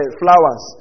flowers